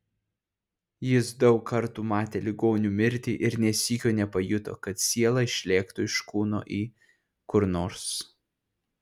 jis daug kartų matė ligonių mirtį ir nė sykio nepajuto kad siela išlėktų iš kūno į kur nors